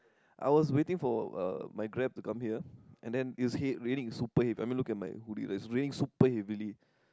I was waiting for uh my Grab to come here and then it was heavy raining super heavy I mean look at my hoodie right it's raining super heavily